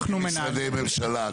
אבל לא כמשרדי ממשלה,